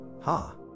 Ha